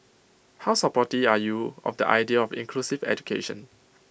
how supportive are you of the idea of inclusive education